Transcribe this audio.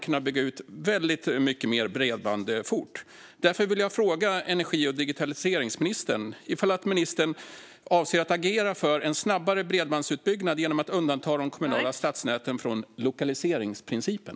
Jag vill därför fråga energi och digitaliseringsministern: Avser ministern att agera för en snabbare bredbandsutbyggnad genom att undanta de kommunala stadsnäten från lokaliseringsprincipen?